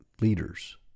leaders